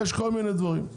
יש כל מיני דברים.